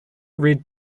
red